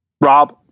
Rob